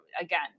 again